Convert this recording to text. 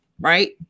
right